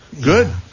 good